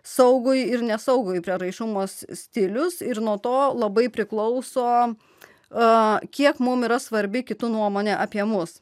saugui ir nesaugus prieraišumas stilius ir nuo to labai priklauso a kiek mums yra svarbi kitų nuomonė apie mus